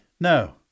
No